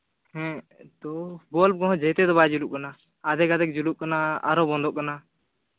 ᱦᱮᱸ ᱛᱳ ᱵᱞᱟᱵ ᱠᱚᱦᱚᱸ ᱡᱮᱛᱮ ᱫᱚ ᱵᱟᱭ ᱡᱩᱞᱩᱜ ᱠᱟᱱᱟ ᱟᱫᱷᱮᱠ ᱟᱫᱷᱮᱠ ᱡᱩᱞᱩᱜ ᱠᱟᱱᱟ ᱟᱨᱦᱚᱸ ᱵᱚᱱᱫᱚᱜ ᱠᱟᱱᱟ